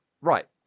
Right